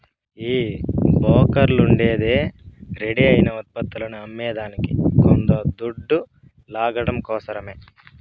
ఈ బోకర్లుండేదే రెడీ అయిన ఉత్పత్తులని అమ్మేదానికి కొంత దొడ్డు లాగడం కోసరమే